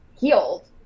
healed